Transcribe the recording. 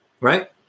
Right